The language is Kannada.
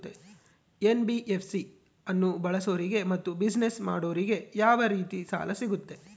ಎನ್.ಬಿ.ಎಫ್.ಸಿ ಅನ್ನು ಬಳಸೋರಿಗೆ ಮತ್ತೆ ಬಿಸಿನೆಸ್ ಮಾಡೋರಿಗೆ ಯಾವ ರೇತಿ ಸಾಲ ಸಿಗುತ್ತೆ?